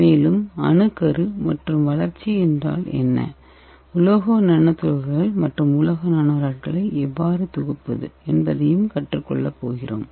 மேலும் அணுக்கரு மற்றும் வளர்ச்சி என்றால் என்ன உலோக நானோ துகள்கள் மற்றும் உலோக நானோராட்களை எவ்வாறு தொகுப்பது என்பதையும் கற்றுக்கொள்ளப் போகிறோம்